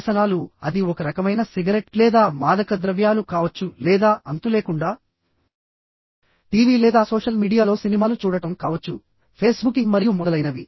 వ్యసనాలు అది ఒక రకమైన సిగరెట్ లేదా మాదకద్రవ్యాలు కావచ్చు లేదా అంతులేకుండా టీవీ లేదా సోషల్ మీడియాలో సినిమాలు చూడటం కావచ్చు ఫేస్ బుకింగ్ మరియు మొదలైనవి